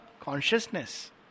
consciousness